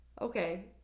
okay